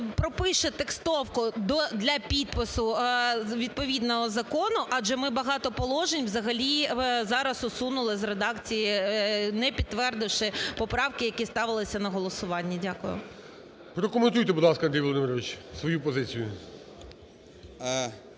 пропише текстовку для підпису відповідного закону, адже ми багато положень взагалі зараз усунули з редакції, не підтвердивши поправки, які ставилися на голосування. Дякую. ГОЛОВУЮЧИЙ. Прокоментуйте, будь ласка, Андрій Володимирович, свою позицію.